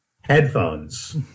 headphones